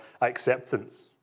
acceptance